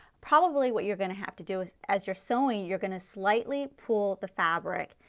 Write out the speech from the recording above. probably what you are going to have to do is as you are sewing, you are going to slightly pull the fabric.